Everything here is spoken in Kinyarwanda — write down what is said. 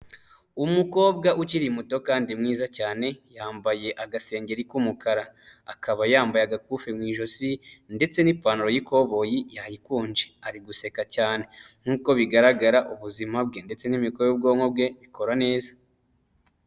Umukobwa ukiri muto kandi mwiza cyane yambaye agasengeri k'umukara akaba yambaye agapufi mu ijosi ndetse n'ipantaro y'ikoboyi yayikunje ari guseka cyane, nk'uko bigaragara ubuzima bwe ndetse n'imikorere y'ubwonko bwe ikora neza.